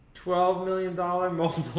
twelve million dollar mobileye